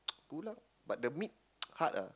pull up but the meat hard ah